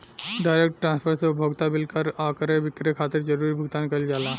direct transfer से उपभोक्ता bill कर आ क्रय विक्रय खातिर जरूरी भुगतान कईल जाला